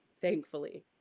thankfully